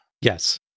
Yes